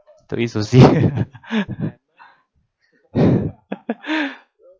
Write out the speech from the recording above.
to see